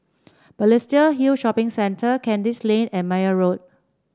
Balestier Hill Shopping Centre Kandis Lane and Meyer Road